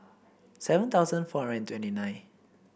seven thousand four hundred twenty nine